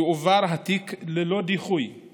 יועבר התיק ללא דיחוי